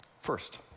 first